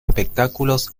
espectáculos